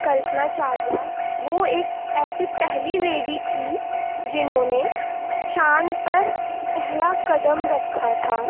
کلپنا چاؤلا وہ ایک ایسی پہلی لیڈی تھی جنہوں نے چاند پر پہلا قدم رکھا تھا